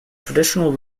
traditional